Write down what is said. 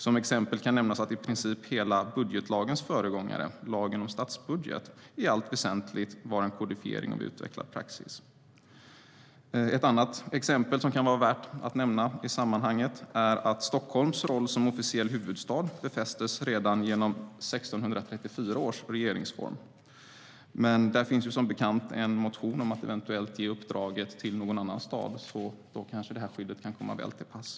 Som exempel kan nämnas att i princip hela budgetlagens föregångare, lagen om statsbudget, i allt väsentligt var en kodifiering av utvecklad praxis. Ett annat exempel som kan vara värt att nämna i sammanhanget är att Stockholms roll som officiell huvudstad befästes redan genom 1634 års regeringsform. Men det finns som bekant en motion om att eventuellt ge uppdraget till någon annan stad. Då kanske det här skyddet kan komma väl till pass.